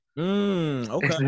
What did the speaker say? Okay